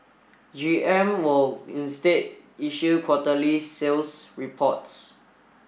G M will instead issue quarterly sales reports